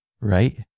right